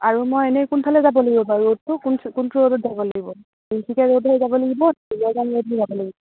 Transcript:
আৰু মই এনেই কোনফালে যাব লাগিব বাাৰু ৰোডটো কোন কোনটো ৰোডত যাব লাগিব তিনিচুকীয়া ৰোড হৈ যাব লাগিব দুলীয়াজান ৰোড হৈ যাব লাগিব